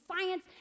science